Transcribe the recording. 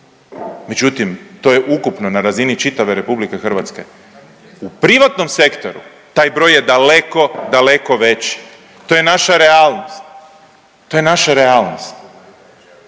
Međutim, to je ukupno na razini čitave RH, u privatnom sektoru taj broj je daleko, daleko veći, to je naša realnost, to je naša realnost.